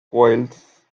coils